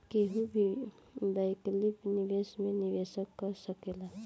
केहू भी वैकल्पिक निवेश में निवेश कर सकेला